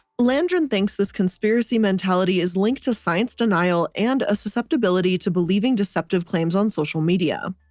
landrum thinks this conspiracy mentality is linked to science denial and a susceptibility to believing deceptive claims on social media.